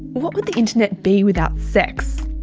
what would the internet be without sex?